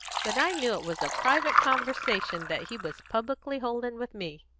but i knew it was a private conversation that he was publicly holding with me.